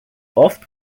oft